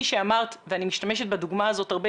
שאמרת אני משתמשת בדוגמה הזאת הרבה,